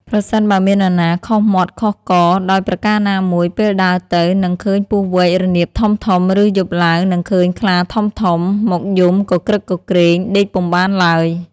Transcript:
ប្រសិនបើមាននរណាខុសមាត់ខុសករដោយប្រការណាមួយ ពេលដើរទៅ នឹងឃើញពស់វែករនាមធំៗ ឫយប់ឡើងនឹងឃើញខ្លាធំៗ មកយំគគ្រឹកគគ្រេងដេកពុំបានឡើយ។